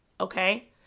okay